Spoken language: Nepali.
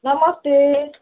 नमस्ते